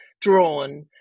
drawn